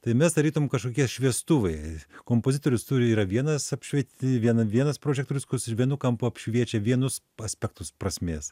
tai mes tarytum kažkokie šviestuvai kompozitorius turi yra vienas apšvieti vieną vienas prožektorius kuris ir vienu kampu apšviečia vienus aspektus prasmės